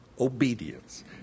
Obedience